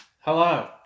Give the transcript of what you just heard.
hello